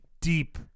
deep